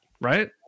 right